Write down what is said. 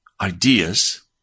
ideas